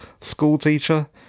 schoolteacher